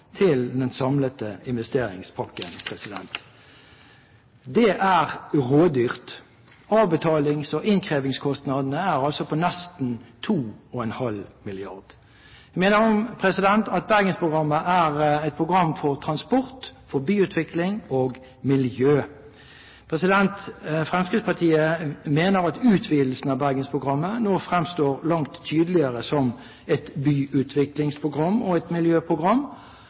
til den samlede investeringspakken. Det er rådyrt. Avbetalings- og innkrevingskostnadene er altså på nesten 2,5 mrd. kr. Vi minner om at Bergensprogrammet er et program for transport, byutvikling og miljø. Fremskrittspartiet mener at utvidelsen av Bergensprogrammet nå fremstår langt tydeligere som et byutviklingsprogram og et miljøprogram.